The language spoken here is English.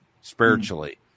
spiritually